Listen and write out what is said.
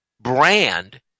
brand